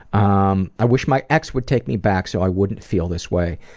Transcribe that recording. um i wish my ex would take me back so i wouldn't feel this way,